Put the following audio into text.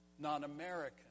non-American